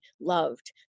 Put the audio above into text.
loved